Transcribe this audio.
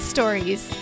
Stories